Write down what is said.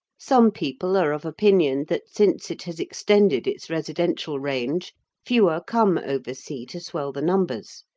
some people are of opinion that since it has extended its residential range fewer come oversea to swell the numbers,